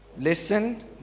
listen